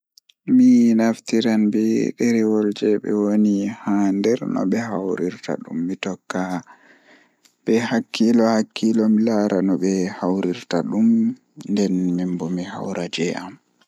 Mi naftiran be derewol jei be wadi haa nder nobe hawrirta dummi tokka be hakkilo-hakkilo mi laara no be hawrirta dum nden minbo mi hawra jei am.